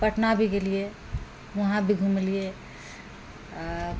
पटना भी गेलियै वहाँ भी घूमलियै